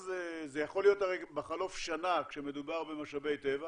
זה יכול להיות בחלוף שנה כשמדובר במשאבי טבע